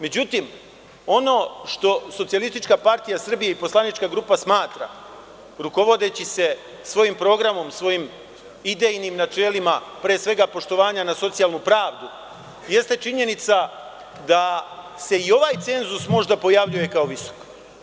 Međutim, ono što Socijalistička partija Srbije i poslanička grupa smatra, rukovodeći se svojim programom, svojim idejnim načelima, pre svega, poštovanja na socijalnu pravdu, jeste činjenica da se i ovaj cenzus možda pojavljuje kao visok.